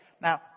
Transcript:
Now